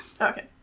Okay